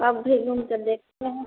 अभी घूमकर देखते हैं